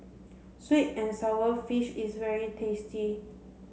sweet and sour fish is very tasty